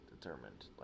determined